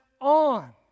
on